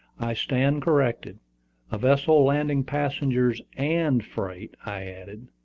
i stand corrected a vessel landing passengers and freight, i added.